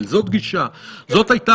אין לזה מקום בעשייה דה פקטו.